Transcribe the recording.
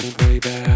baby